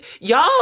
y'all